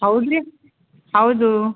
ಹೌದು ರೀ ಹೌದು